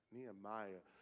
Nehemiah